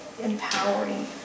empowering